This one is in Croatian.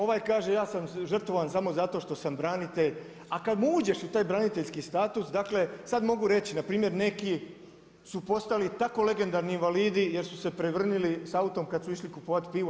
Ovaj kaže ja sam žrtvovan samo zato što sam branitelj, a kad mu uđeš u taj braniteljski status, dakle sad mogu reći na primjer neki su postali tako legendarni invalidi jer su se prevrnili sa autom kad su išli kupovati pivo.